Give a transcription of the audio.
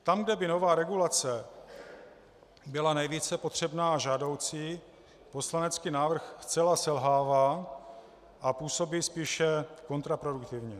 Tam, kde by nová regulace byla nejvíce potřebná a žádoucí, poslanecký návrh zcela selhává a působí spíše kontraproduktivně.